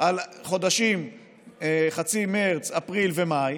על חודשים חצי מרץ, אפריל ומאי